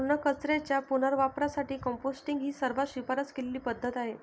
अन्नकचऱ्याच्या पुनर्वापरासाठी कंपोस्टिंग ही सर्वात शिफारस केलेली पद्धत आहे